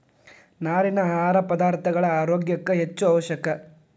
ನಾರಿನ ಆಹಾರ ಪದಾರ್ಥಗಳ ಆರೋಗ್ಯ ಕ್ಕ ಹೆಚ್ಚು ಅವಶ್ಯಕ